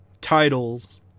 titles